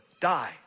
die